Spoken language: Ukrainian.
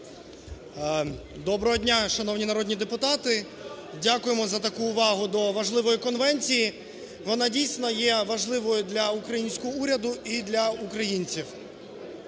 Доброго дня, шановні народні депутати, дякуємо за таку увагу до важливої конвенції. Вони, дійсно, є важливою для українського уряду і для українців.